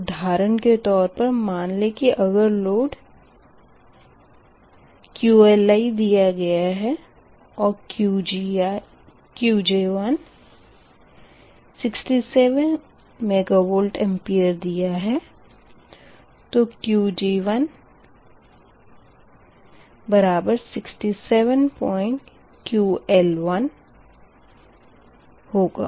उदाहरण के तौर पर मान लें कि अगर लोड QL1 दिया गया है और Qg1 67 मेगावार दिया है तो Qg1 बराबर 67 QL1 होगा